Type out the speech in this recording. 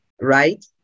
right